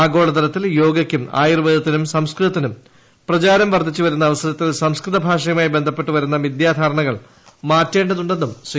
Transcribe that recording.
ആഗോളതലത്തിൽ യോഗയ്ക്കും ആയുർവേദിത്തിനും സംസ്കൃതത്തിനും പ്രചാരം വർദ്ധിച്ചുവരുന്ന അവസര്യത്തിൽ സംസ്കൃതഭാഷയുമായി ബന്ധപ്പെട്ട് വരുന്ന മിഥ്യാധാരണകൾ ്മാറ്റ്റ്ണ്ടതുണ്ടെന്നും ശ്രീ